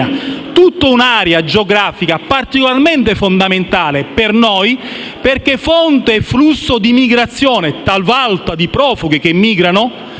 tutta un'area geografica particolarmente fondamentale per noi perché fonte del flusso di migrazione, talvolta di profughi che migrano